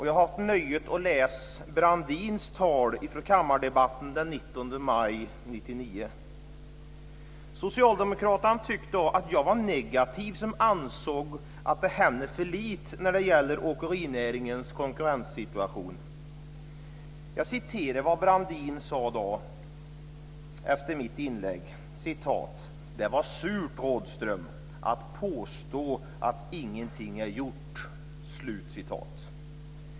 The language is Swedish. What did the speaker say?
Jag har haft nöjet att läsa Brandins tal från kammardebatten den 19 maj 1999. Socialdemokraterna tyckte då att jag var negativ som ansåg att det händer för lite när det gäller åkerinäringens konkurrenssituation. Jag citerar vad Brandin sade då efter mitt inlägg: "Det var surt, Rådhström, att påstå att ingenting är gjort."